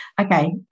Okay